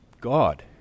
God